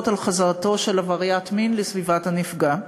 על חזרתו של עבריין מין לסביבת הנפגע.